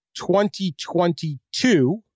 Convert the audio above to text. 2022